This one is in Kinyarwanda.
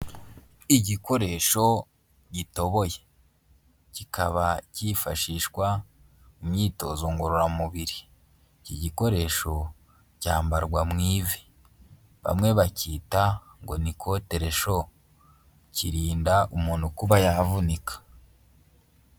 Igikoresho gitoboye, kikaba cyifashishwa mu myitozo ngororamubiri, iki gikoresho cyambarwa mu ivi, bamwe bakita ngo ni koteresho, kirinda umuntu kuba yavunika.